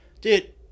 dude